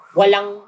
walang